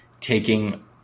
taking